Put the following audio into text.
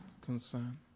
concern